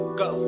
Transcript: go